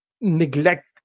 neglect